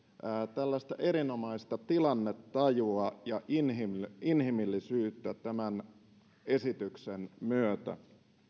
tällaista erinomaista tilannetajua ja inhimillisyyttä tämän esityksen myötä